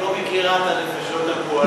את לא מכירה את הנפשות הפועלות?